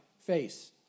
face